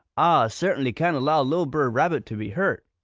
ah cert'nly can't allow li'l' brer rabbit to be hurt,